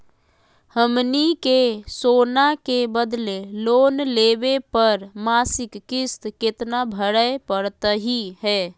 हमनी के सोना के बदले लोन लेवे पर मासिक किस्त केतना भरै परतही हे?